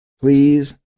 Please